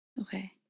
Okay